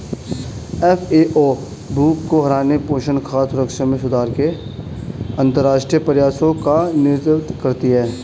FAO भूख को हराने, पोषण, खाद्य सुरक्षा में सुधार के अंतरराष्ट्रीय प्रयासों का नेतृत्व करती है